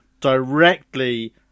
directly